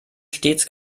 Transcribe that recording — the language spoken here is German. stets